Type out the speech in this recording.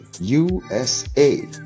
USA